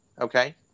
Okay